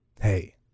Hey